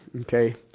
Okay